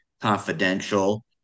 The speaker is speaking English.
Confidential